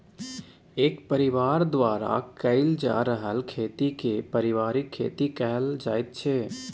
एक परिबार द्वारा कएल जा रहल खेती केँ परिबारिक खेती कहल जाइत छै